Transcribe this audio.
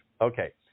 okay